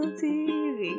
tv